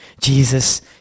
Jesus